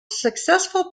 successful